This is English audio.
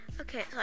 okay